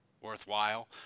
worthwhile